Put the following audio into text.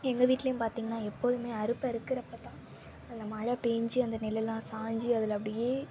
எங்கள் வீட்லேயும் பார்த்திங்கனா எப்போதும் அறுப்பு அறுக்கிறப்பதான் அந்த மழை பேய்ஞ்சி அந்த நெல்லெல்லாம் சாய்ஞ்சி அதில் அப்படியே